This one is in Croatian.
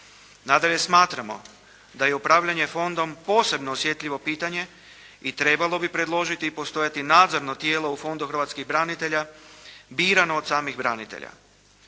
Nadalje smatramo da je upravljanje fondom posebno osjetljivo pitanje i trebalo bi predložiti i postojati nadzorno tijelo u Fondu hrvatskih branitelja, birano od samih branitelja.